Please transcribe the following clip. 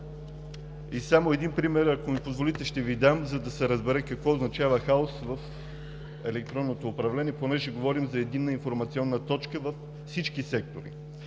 Само един пример, ако ми позволите ще Ви дам, за да се разбере какво означава хаос в електронното управление, понеже говорим за единна информационна точка във всички сектори.